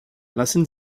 lassen